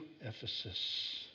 Ephesus